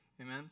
amen